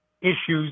issues